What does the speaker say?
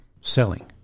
selling